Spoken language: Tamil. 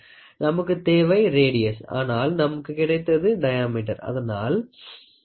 நமக்கு தேவை ரேடியஸ் ஆனால் நமக்குக் கிடைத்தது டயாமீட்டர் அதனால் 3